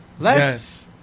Yes